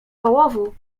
połowu